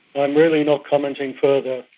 i'm really not commenting further,